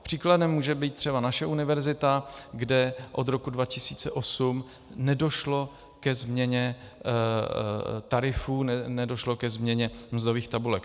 Příkladem může být třeba naše univerzita, kde od roku 2008 nedošlo ke změně tarifů, nedošlo ke změně mzdových tabulek.